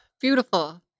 Beautiful